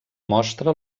mostra